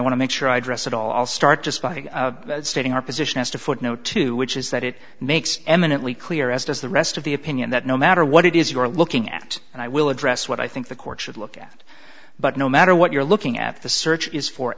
want to make sure i address it all start just by stating our position as to footnote two which is that it makes eminently clear as does the rest of the opinion that no matter what it is you're looking at and i will address what i think the court should look at but no matter what you're looking at the search is for